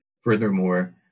Furthermore